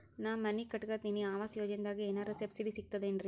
ನಾ ಮನಿ ಕಟಕತಿನಿ ಆವಾಸ್ ಯೋಜನದಾಗ ಏನರ ಸಬ್ಸಿಡಿ ಸಿಗ್ತದೇನ್ರಿ?